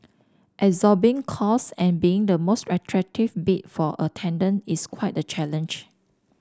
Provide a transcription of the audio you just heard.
absorbing costs and being the most attractive bid for a tender is quite the challenge